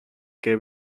que